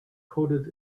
coded